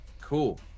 cool